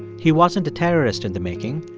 he wasn't a terrorist in the making.